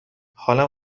حالم